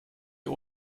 you